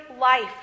life